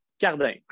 Cardin